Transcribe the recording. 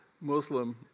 Muslim